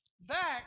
back